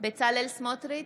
בצלאל סמוטריץ'